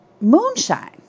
moonshine